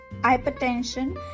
hypertension